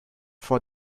for